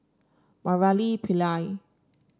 Murali Pillai